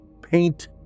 Paint